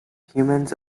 humans